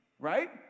right